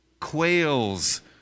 quails